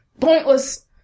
pointless